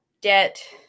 debt